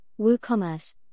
WooCommerce